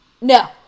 no